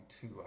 two